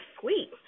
sweet